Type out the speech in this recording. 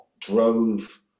drove